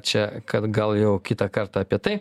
čia kad gal jau kitą kartą apie tai